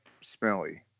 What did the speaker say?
smelly